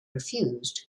refused